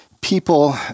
people